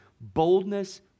Boldness